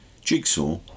Jigsaw